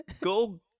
go